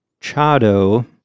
Chado